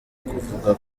kuvuga